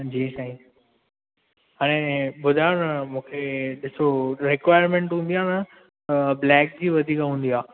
जी साईं हाणे ॿुधाइयो न मूंखे ॾिसो रिक्वायरमैंट हूंदी आए न ब्लैक जी वधीक हूंदी आ